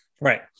right